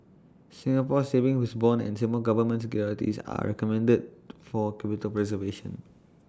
Singapore savings bonds and Singapore Government securities are recommended to for capital preservation